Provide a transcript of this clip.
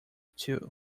two